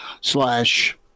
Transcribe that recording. slash